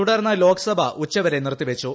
തുടർന്ന് ലോക്സഭ ഉച്ചവരെ നിർത്തിവച്ചു